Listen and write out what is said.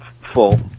full